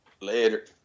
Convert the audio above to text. Later